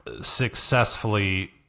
successfully